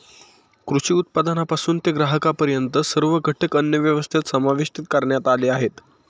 कृषी उत्पादनापासून ते ग्राहकांपर्यंत सर्व घटक अन्नव्यवस्थेत समाविष्ट करण्यात आले आहेत